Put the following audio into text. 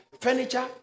furniture